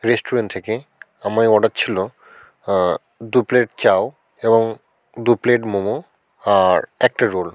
restaurant থেকে আমায় order ছিল দু প্লেট চাউ এবং দু প্লেট মোমো আর একটা রোল